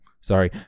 sorry